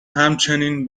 همچنین